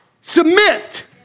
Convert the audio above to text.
submit